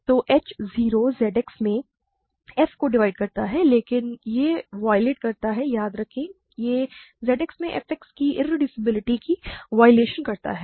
तो h 0 Z X में f को डिवाइड करता है लेकिन यह वॉयलेट करता है याद रखें कि यह Z X में f X की इरेड्यूसिबलिटी की वायेलेशन करता है